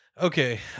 Okay